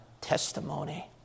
testimony